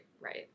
right